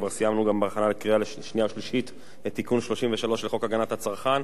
כבר סיימנו גם בהכנה לקריאה שנייה ושלישית את תיקון 33 לחוק הגנת הצרכן,